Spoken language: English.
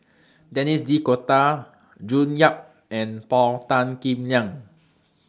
Denis D'Cotta June Yap and Paul Tan Kim Liang